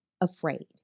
afraid